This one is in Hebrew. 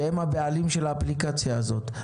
שהם הבעלים של האפליקציה הזאת?